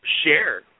share